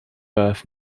birth